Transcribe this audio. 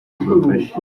tubafashe